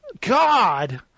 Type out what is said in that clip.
God